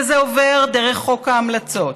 וזה עובר דרך חוק ההמלצות,